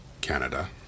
Canada